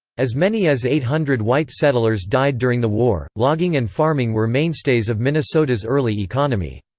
as many as eight hundred white settlers died during the war logging and farming were mainstays of minnesota's early economy.